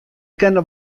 kinne